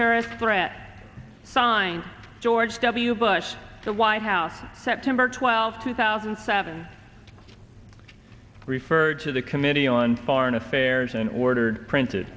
terrorist threat signed george w bush the white house september twelfth two thousand and seven referred to the committee on foreign affairs an ordered printed